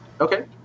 Okay